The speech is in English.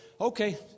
Okay